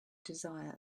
desire